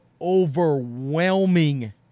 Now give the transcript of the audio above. overwhelming